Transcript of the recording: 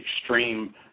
extreme